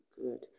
good